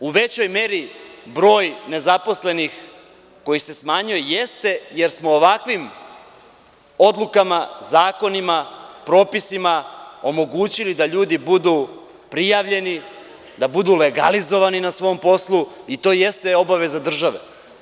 U većoj meri broj nezaposlenih koji se smanjuje jeste, jer smo ovakvim odlukama, zakonima, propisima, omogućili da ljudi budu prijavljeni, da budu legalizovani na svom poslu i to jeste obaveza države.